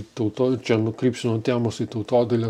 tauto čia nukrypsiu nuo temos į tautodailę